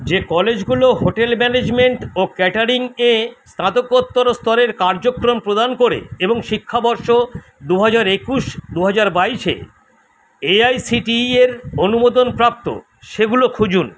যে কলেজগুলো hotel management ও ক্যাটারিং এ স্নাতকোত্তর স্তরের কার্যক্রম প্রদান করে এবং শিক্ষাবর্ষ দু হাজার একুশ দু হাজার বাইশে এআইসিটিই এর অনুমোদনপ্রাপ্ত সেগুলো খুঁজুন